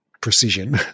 precision